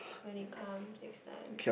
when it comes next time